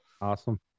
awesome